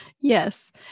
Yes